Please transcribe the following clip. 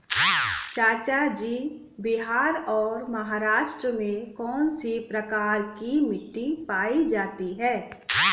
चाचा जी बिहार और महाराष्ट्र में कौन सी प्रकार की मिट्टी पाई जाती है?